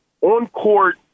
on-court